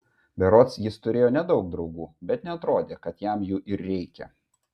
berods jis turėjo nedaug draugų bet neatrodė kad jam jų ir reikia